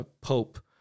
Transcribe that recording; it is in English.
pope